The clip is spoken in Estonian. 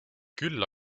küll